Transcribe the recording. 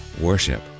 Worship